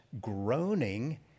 groaning